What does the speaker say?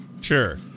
sure